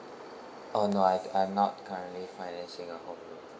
oh no I d~ I'm not currently financing a home loan